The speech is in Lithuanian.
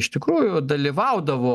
iš tikrųjų dalyvaudavo